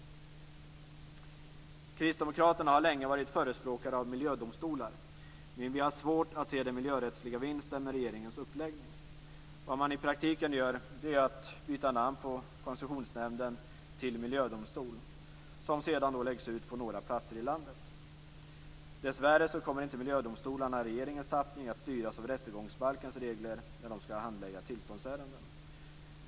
Kristdemokraterna har länge varit förespråkare av miljödomstolar, men vi har svårt att se den miljörättsliga vinsten med regeringens uppläggning. Vad man i praktiken gör är att byta namn på Koncessionsnämnden till miljödomstol, vilka sedan läggs ut på några platser i landet. Dessvärre kommer inte miljödomstolarna i regeringens tappning att styras av rättegångsbalkens regler när de skall handlägga tillståndsärenden.